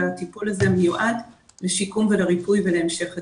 והטיפול הזה מיועד לשיקום ולריפוי ולהמשך הדרך.